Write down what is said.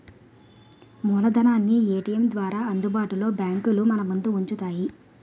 మూలధనాన్ని ఏటీఎం ద్వారా అందుబాటులో బ్యాంకులు మనముందు ఉంచుతాయి